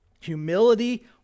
Humility